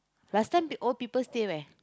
last time old people stay where